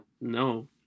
No